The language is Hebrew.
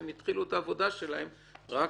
והם יתחילו את העבודה שלהם רק